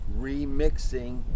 remixing